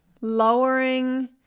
lowering